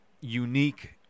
unique